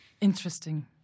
Interesting